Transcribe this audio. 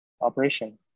operation